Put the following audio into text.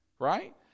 right